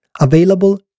available